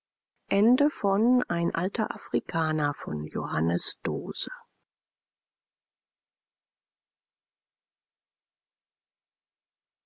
ein alter afrikaner ist